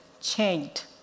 changed